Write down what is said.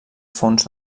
fons